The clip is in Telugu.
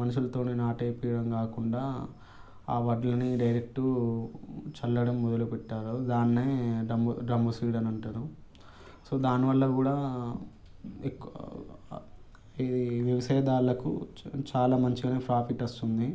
మనుషులతోనే నాటేపీయడం కాకుండా వాట్లిని డైరెక్ట్ చల్లడం మొదలు పెట్టారు దాన్నే డ్రమ్ము డ్రమ్ము సీడ్ అంటారు సో దానివల్ల కూడా ఎక్కువ ఇది వ్యవసాయదారులకు చాలా మంచిగానే ప్రాఫిట్ వస్తుంది